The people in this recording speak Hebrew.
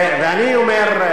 ואני אומר,